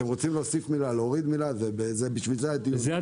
אם אתם רוצים להוסיף או להוריד מילה - בשביל זה הדיון.